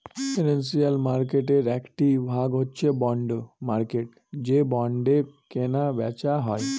financial মার্কেটের একটি ভাগ হচ্ছে বন্ড মার্কেট যে বন্ডে কেনা বেচা হয়